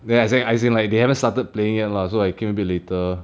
then as in as in like they haven't started playing yet lah so I came a bit later